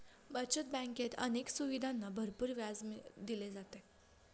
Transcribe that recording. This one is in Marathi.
बचत बँकेत अनेक सुविधांना भरपूर व्याज दिले जाते